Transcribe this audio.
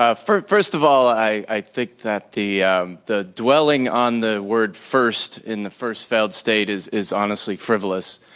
ah first of all, i, i think that the um the dwelling on the word first in the first failed state is is honestly frivolous.